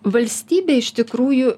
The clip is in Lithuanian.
valstybė iš tikrųjų